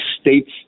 states